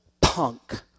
punk